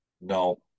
No